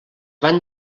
van